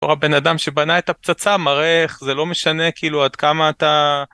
בתור הבן אדם שבנה את הפצצה מראה איך זה לא משנה כאילו עד כמה אתה